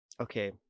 okay